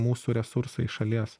mūsų resursai šalies